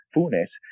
Funes